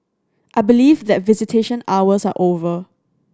I believe that visitation hours are over